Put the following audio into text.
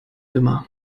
immer